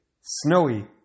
snowy